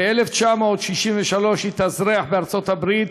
ב-1963 התאזרח בארצות-הברית,